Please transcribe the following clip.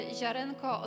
ziarenko